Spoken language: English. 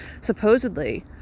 supposedly